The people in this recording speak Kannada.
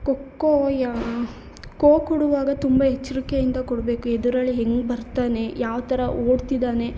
ಖೋಖೋ ಯ ಕೊ ಕೊಡುವಾಗ ತುಂಬ ಎಚ್ಚರ್ಕೆಯಿಂದ ಕೊಡಬೇಕು ಎದುರಾಳಿ ಹೆಂಗೆ ಬರ್ತಾನೆ ಯಾವ ಥರ ಓಡ್ತಿದ್ದಾನೆ